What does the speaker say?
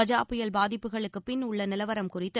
கஜா புயல் பாதிப்புகளுக்குப் பின் உள்ள நிலவரம் குறித்து